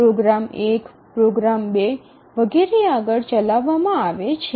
programme ૧ program ૨ વગેરે આગળ ચલાવવામાં આવે છે